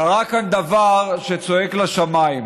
קרה כאן דבר שצועק לשמיים.